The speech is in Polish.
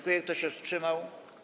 Kto się wstrzymał?